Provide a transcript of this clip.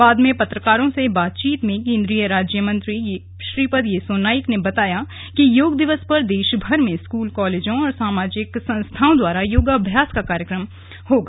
बाद में पत्रकारों से बातचीत में केंद्रीय राज्यमंत्री श्रीपद येसो नाइक ने बताया कि योग दिवस पर देशभर में स्कूल कॉलेजों और सामाजिक संस्थाओं द्वारा योगाभ्यास का कार्यक्रम होगा